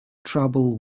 trouble